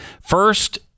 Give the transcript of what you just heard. First